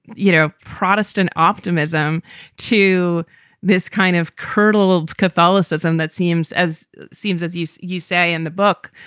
you know, protestant optimism to this kind of kernel of catholicism that seems as seems, as you you say in the book,